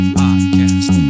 podcast